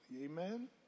Amen